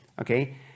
okay